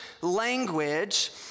language